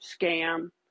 scam